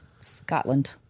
Scotland